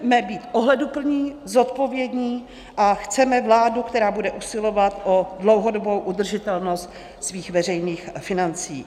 My chceme být ohleduplní, zodpovědní a chceme vládu, která bude usilovat o dlouhodobou udržitelnost svých veřejných financí.